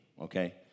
Okay